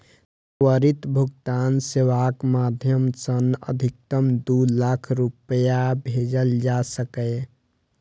त्वरित भुगतान सेवाक माध्यम सं अधिकतम दू लाख रुपैया भेजल जा सकैए